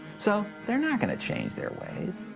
so they're not going to change their ways.